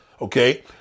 okay